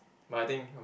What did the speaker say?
but I think